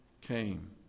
came